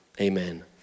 Amen